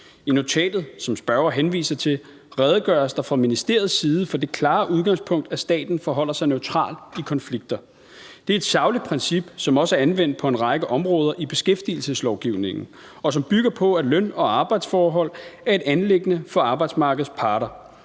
til, redegøres der fra ministeriets side for det klare udgangspunkt, at staten forholder sig neutralt i konflikter. Det er et sagligt princip, som også er anvendt på en række områder i beskæftigelseslovgivningen, og som bygger på, at løn- og arbejdsforhold er et anliggende for arbejdsmarkedets parter.